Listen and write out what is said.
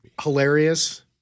Hilarious